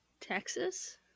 Texas